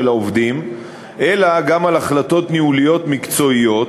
העובדים אלא גם על החלטות ניהוליות-מקצועיות,